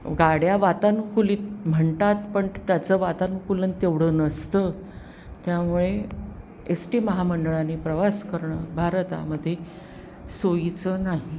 गाड्या वातानुकूलीत म्हणतात पण त्याचं वातानुकूलन तेवढं नसतं त्यामुळे एस टी महामंडळाने प्रवास करणं भारतामध्ये सोयीचं नाही